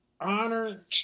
honor